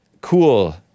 Cool